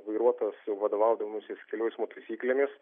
vairuotojas jau vadovaudamasis kelių eismo taisyklėmis